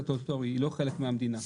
סטטוטורי, היא לא חלק מהמדינה.